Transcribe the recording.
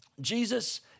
Jesus